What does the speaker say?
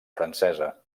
francesa